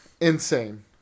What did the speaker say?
insane